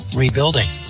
rebuilding